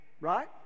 right